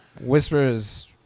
Whispers